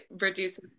reduces